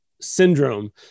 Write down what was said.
syndrome